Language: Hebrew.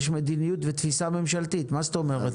יש מדיניות ותפיסה ממשלתית, מה זאת אומרת?